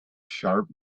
sharp